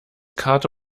karte